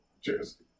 Cheers